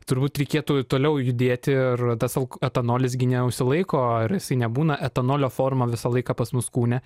turbūt reikėtų toliau judėti ir tas alk etanolis gi neužsilaiko ar jisai nebūna etanolio forma visą laiką pas mus kūne